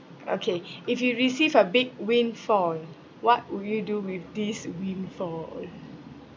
okay if you receive a big windfall what would you do with this windfall